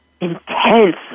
intense